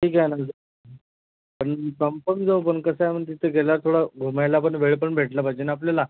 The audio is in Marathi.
ठीक आहे ना तिथे जाऊ पण कसं आहे म्हणजे तिथे गेल्यावर थोडा घुमायला पण वेळ पण भेटला पाहिजे ना आपल्याला